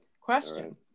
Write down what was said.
Question